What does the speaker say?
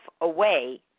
away